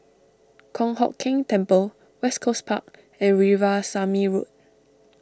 Kong Hock Keng Temple West Coast Park and Veerasamy Road